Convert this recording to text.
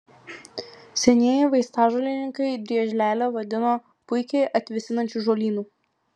senieji vaistažolininkai driežlielę vadino puikiai atvėsinančiu žolynu